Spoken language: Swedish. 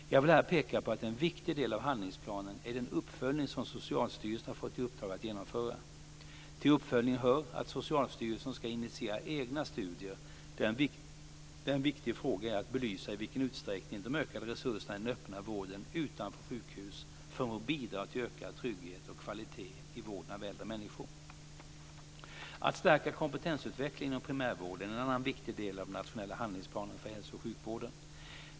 Jag vill här peka på att en viktig del av handlingsplanen är den uppföljning som Socialstyrelsen har fått i uppdrag att genomföra. Till uppföljningen hör att Socialstyrelsen ska initiera egna studier där en viktig fråga är att belysa i vilken utsträckning de ökade resurserna i den öppna vården utanför sjukhus förmår bidra till ökad trygghet och kvalitet i vården av äldre människor. Att stärka kompetensutvecklingen inom primärvården är en annan viktig del av den nationella handlingsplanen för hälso och sjukvården.